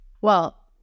Well-